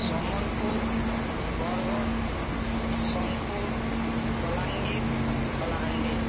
Sambalpur Bargarh Sonepur Balangir Kalahandi